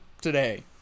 today